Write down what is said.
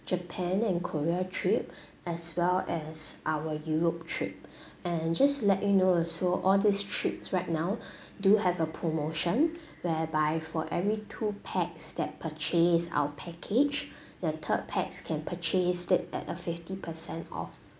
japan and korea trip as well as our europe trip and just to let you know also all these trips right now do have a promotion whereby for every two pax that purchase our package the third pax can purchase it at a fifty percent off